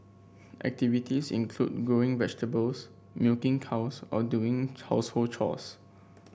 activities include growing vegetables milking cows or doing chores